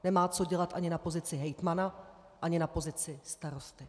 Nemá co dělat ani na pozici hejtmana, ani na pozici starosty.